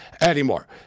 anymore